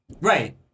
Right